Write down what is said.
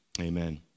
amen